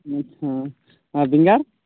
ᱟᱨ ᱵᱮᱸᱜᱟᱲ